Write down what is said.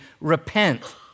repent